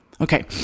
Okay